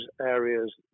areas